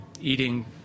eating